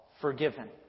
Forgiven